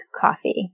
coffee